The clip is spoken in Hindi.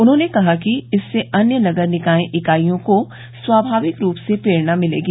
उन्होंने कहा कि इससे अन्य नगर निकाये इकाईयों को स्वामाविक रूप से प्रेरणा मिलेगी